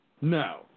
No